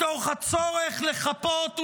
מתוך הצורך לחפות,